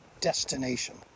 destination